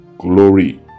glory